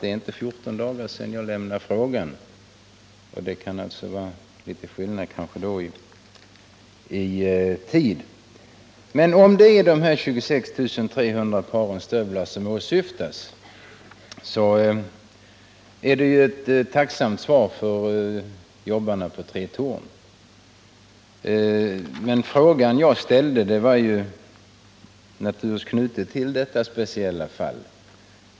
Det är inte 14 dagar sedan jag lämnade in frågan — och det kanske därför var bara en viss skillnad i tid — men om det är 26 300 par gummistövlar som åsyftas, är ju detta ett svar som jobbarna på Tre Torn blir tacksamma för. Den fråga jag framställde var naturligtvis knuten till detta speciella fall.